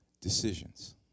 decisions